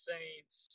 Saints